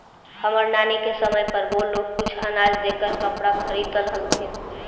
हमर नानी के समय पर वो लोग कुछ अनाज देकर कपड़ा खरीदअ हलथिन